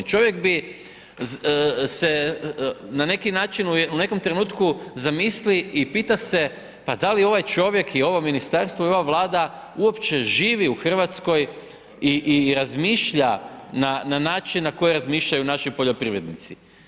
Čovjek bi se na neki način, u nekom trenutku zamisli i pita se pa da li ovaj čovjek i ovo ministarstvo i ova Vlada uopće živi u RH i razmišlja na način na koji razmišljaju naši poljoprivrednici.